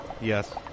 Yes